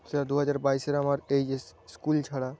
সেটা দু হাজার বাইশের আমার এইচএস স্কুল ছাড়া